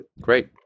Great